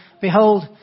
behold